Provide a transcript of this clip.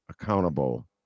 accountable